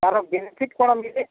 ତାର ବେନିଫିଟ କ'ଣ ମିିଳେ